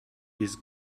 this